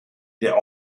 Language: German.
der